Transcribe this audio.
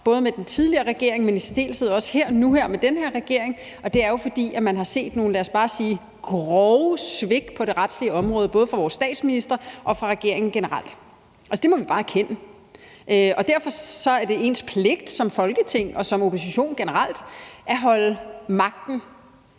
både med den tidligere regering, men i særdeleshed også nu med den her regering – og det er jo, at man har set nogle, lad os bare sige grove svigt på det retslige område, både fra vores statsministers og generelt fra regeringens side. Altså, det må vi bare erkende. Derfor er det ens pligt som Folketing og som opposition generelt at holde magten